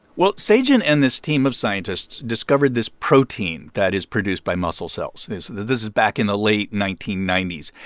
well, se-jin and this team of scientists discovered this protein that is produced by muscle cells. this this is back in the late nineteen ninety s.